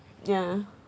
ya